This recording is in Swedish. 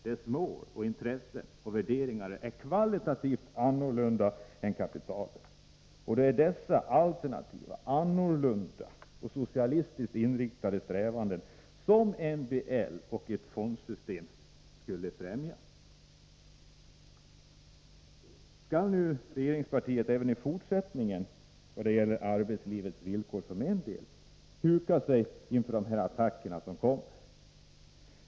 Dess mål, intressen och värderingar är kvalitativt annorlunda än kapitalets, och det är dessa alternativa, annorlunda och socialistiskt inriktade strävanden som MBL och ett fondsystem skulle främja. Skall nu regeringspartiet även i fortsättningen i vad gäller arbetslivets villkor huka sig inför de attacker som kommer?